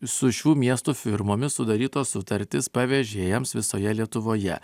su šių miestų firmomis sudarytos sutartys pavežėjams visoje lietuvoje